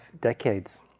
decades